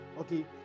okay